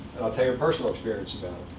and i'll tell you a personal experience about it.